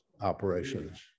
operations